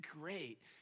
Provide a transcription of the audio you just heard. great